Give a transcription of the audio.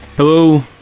Hello